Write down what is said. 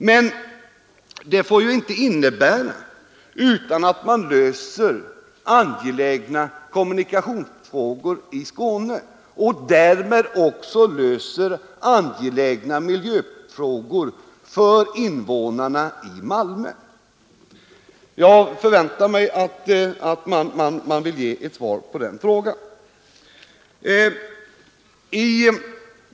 Men det får ju inte innebära att man inte löser angelägna kommunikationsfrågor i Skåne och angelägna miljöfrågor för invånarna i Malmö. Jag förväntar mig ett svar på den frågan.